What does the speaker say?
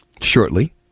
shortly